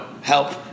help